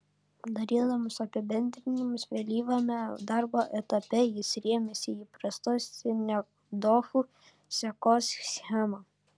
darydamas apibendrinimus vėlyvajame darbo etape jis rėmėsi įprastos sinekdochų sekos schema